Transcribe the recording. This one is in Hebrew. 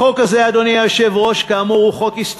החוק הזה, אדוני היושב-ראש, הוא כאמור היסטורי,